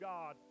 God